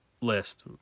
list